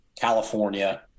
California